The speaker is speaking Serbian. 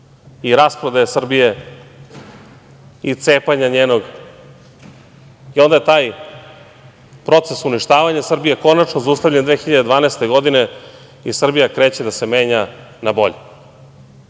i rasprodaju Srbije i cepanje njenog, i onda je taj proces uništavanja Srbije konačno zaustavljen 2012. godine i Srbija kreće da se menja na bolje. Danas